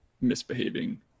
misbehaving